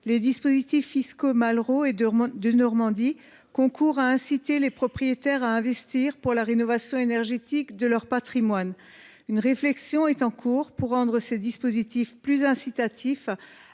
Les dispositifs fiscaux Malraux et Denormandie concourent à inciter les propriétaires à investir pour la rénovation énergétique de leur patrimoine. Une réflexion est en cours pour rendre ces dispositifs encore plus incitatifs,